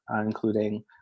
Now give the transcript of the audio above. including